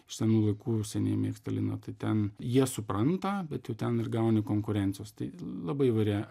iš senų laikų seniai mėgsta liną tai ten jie supranta bet jau ten ir gauni konkurencijos tai labai įvairi